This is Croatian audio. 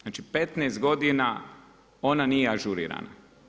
Znači 15 godina ona nije ažurirana.